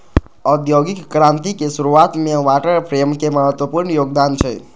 औद्योगिक क्रांतिक शुरुआत मे वाटर फ्रेमक महत्वपूर्ण योगदान छै